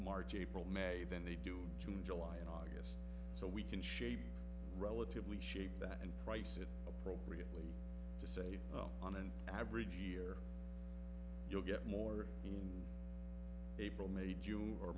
march april may than they do june july and august so we can shave relatively shape that and price it appropriately to say well on an average year you'll get more in april may june or